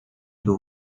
był